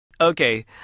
Okay